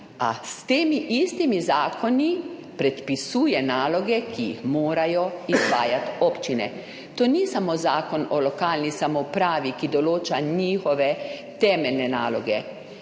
a s temi istimi zakoni predpisuje naloge, ki jih morajo izvajati občine. To ni samo Zakon o lokalni samoupravi, ki določa njihove temeljne naloge,